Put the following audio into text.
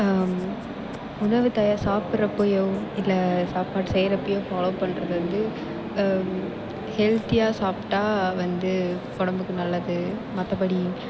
உணவு தயார் சாப்பிட்றப்போயோ இல்லை சாப்பாடு செய்கிறப்பயோ ஃபாலோ பண்ணுறது வந்து ஹெல்த்தியாக சாப்பிட்டா வந்து உடம்புக்கு நல்லது மற்றபடி